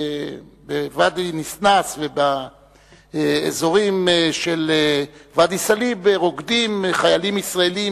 שבוואדי-ניסנאס ובאזורים של ואדי-סאליב רוקדים חיילים ישראלים,